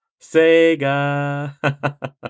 Sega